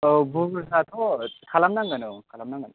औ बुरजाथ' खालामनांगोन औ खालामनांगोन